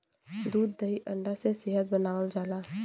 दूध दही अंडा से सेहत बनावल जाला